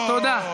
תודה.